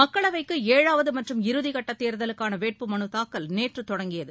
மக்களவைக்கு ஏழாவது மற்றும் இறுதிக்கட்ட தேர்தலுக்கான வேட்புமனு தாக்கல் நேற்று தொடங்கியது